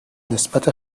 نسبت